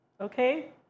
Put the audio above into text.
Okay